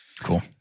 Cool